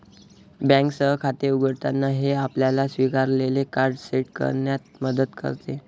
बँकेसह खाते उघडताना, हे आपल्याला स्वीकारलेले कार्ड सेट करण्यात मदत करते